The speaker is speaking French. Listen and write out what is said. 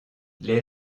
les